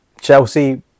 Chelsea